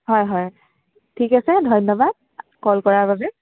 হয় হয় ঠিক আছে ধন্যবাদ কল কৰাৰ বাবে